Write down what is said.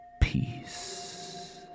peace